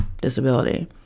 disability